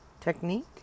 technique